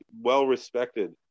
well-respected